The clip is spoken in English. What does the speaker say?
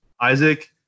Isaac